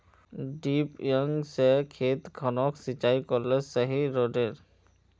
डिरिपयंऋ से खेत खानोक सिंचाई करले सही रोडेर?